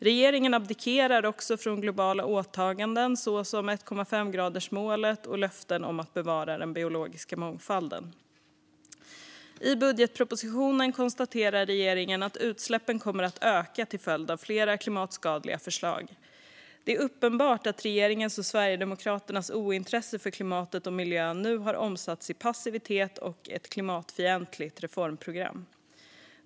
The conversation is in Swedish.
Regeringen abdikerar också från globala åtaganden såsom 1,5-gradersmålet och löften om att bevara den biologiska mångfalden. I budgetpropositionen konstaterar regeringen att utsläppen kommer att öka till följd av flera klimatskadliga förslag. Det är uppenbart att regeringens och Sverigedemokraternas ointresse för klimatet och miljön nu har omsatts i passivitet och ett klimatfientligt reformprogram.